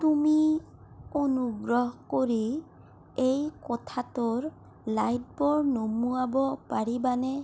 তুমি অনুগ্ৰহ কৰি এই কোঠাটোৰ লাইটবোৰ নুমুৱাব পাৰিবানে